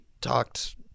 talked